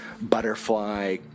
butterfly